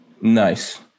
nice